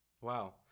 Wow